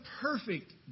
perfect